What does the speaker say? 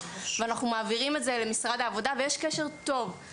במועצה ומעבירים את זה למשרד העבודה ויש קשר טוב.